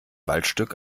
waldstück